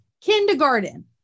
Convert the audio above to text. kindergarten